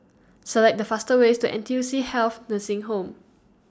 Select The fastest Way to N T U C Health Nursing Home